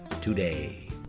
today